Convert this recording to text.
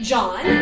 John